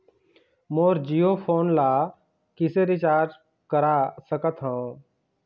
मोर Jio phone ला किसे recharge करा सकत हवं?